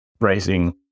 raising